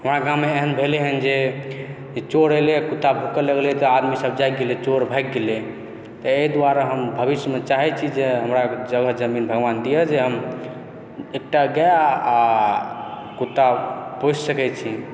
हमरा गाममे एहन भेलै हँ जे चोर एलै तऽ कुत्ता भूकऽ लागलै आदमी सब जागि गेलै चोर सब भागि गेलै